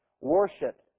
worship